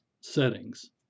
Settings